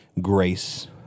grace